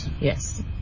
Yes